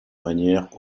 manières